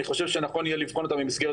אני חושב שנכון יהיה לבחון אותם במסגרת